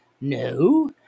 No